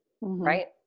Right